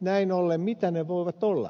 näin ollen mitä ne voivat olla